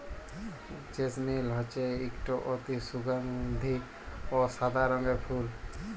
জেসমিল হছে ইকট অতি সুগাল্ধি অ সাদা রঙের ফুল